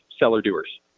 seller-doers